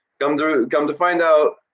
come through, come to find out,